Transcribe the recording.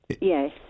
Yes